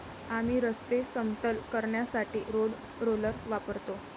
आम्ही रस्ते समतल करण्यासाठी रोड रोलर वापरतो